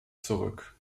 zurück